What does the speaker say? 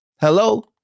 Hello